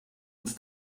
uns